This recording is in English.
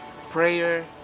prayer